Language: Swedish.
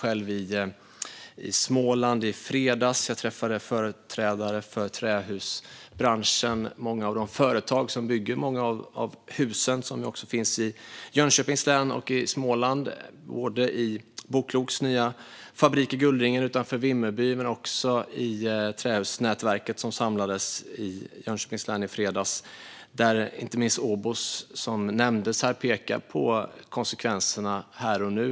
Jag var i Småland i fredags och träffade företrädare för trähusbranschen. Det var företag i Jönköpings län och övriga Småland som bygger hus, bland annat Boklok, med sin nya fabrik i Gullringen utanför Vimmerby. Trähusnätverket var också där. Inte minst Obos, som Leif Nysmed nämnde, pekade på konsekvenserna av det som händer nu.